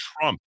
Trump